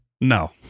No